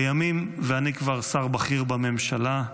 לימים ואני כבר שר בכיר בממשלה,